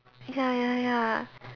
ya ya ya